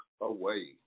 away